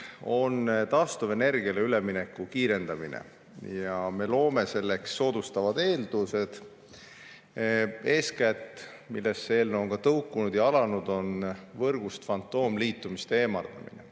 on taastuvenergiale ülemineku kiirendamine ja me loome selleks soodustavad eeldused. Eeskätt – millest see eelnõu on ka tõukunud ja alguse saanud – võrgust fantoomliitumiste eemaldamine.